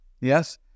Yes